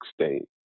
state